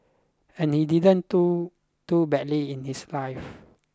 and he didn't do too badly in his life